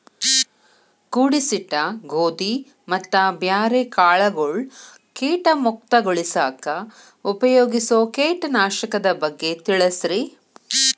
ಕೂಡಿಸಿಟ್ಟ ಗೋಧಿ ಮತ್ತ ಬ್ಯಾರೆ ಕಾಳಗೊಳ್ ಕೇಟ ಮುಕ್ತಗೋಳಿಸಾಕ್ ಉಪಯೋಗಿಸೋ ಕೇಟನಾಶಕದ ಬಗ್ಗೆ ತಿಳಸ್ರಿ